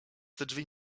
drzwi